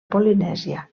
polinèsia